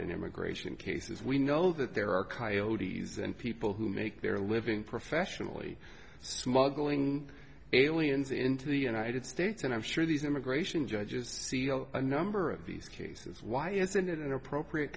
in immigration cases we know that there are coyotes and people who make their living professionally smuggling aliens into the united states and i'm sure these immigration judges a number of these cases why isn't it an appropriate